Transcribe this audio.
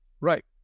Right